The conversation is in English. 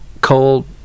coal